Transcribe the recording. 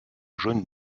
jaune